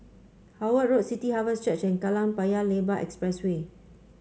Howard Road City Harvest Church and Kallang Paya Lebar Expressway